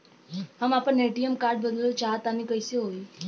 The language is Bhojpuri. हम आपन ए.टी.एम कार्ड बदलल चाह तनि कइसे होई?